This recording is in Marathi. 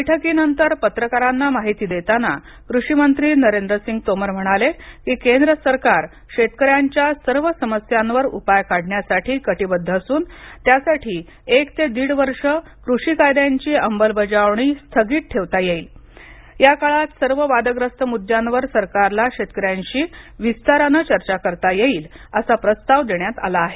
बैठकीनंतर पत्रकारांना माहिती देताना कृषी मंत्री नरेंद्र सिंग तोमर म्हणाले की केंद्र सरकार शेतकऱ्यांच्या सर्व समस्यांवर उपाय काढण्यासाठी कटिबद्ध असून त्यासाठी एक ते दीड वर्ष कृषी कायद्यांची अंबलबजावणी स्थगित ठेवून या काळात सर्व वादग्रस्त मुद्द्यावर सरकारला शेतकऱ्यांशी विस्ताराने चर्चा करता येईल असा प्रस्ताव देण्यात आला आहे